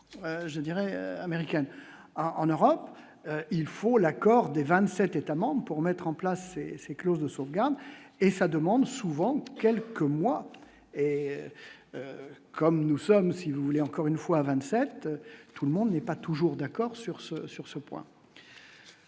je dirais américaine en Europe, il faut l'accord des 27 États-membres pour mettre en place ces clauses de sauvegarde et ça demande souvent. Quel que moi et comme nous sommes, si vous voulez, encore une fois, à 27 tout le monde n'est pas toujours d'accord sur ce sur